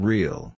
Real